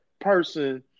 person